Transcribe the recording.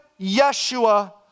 Yeshua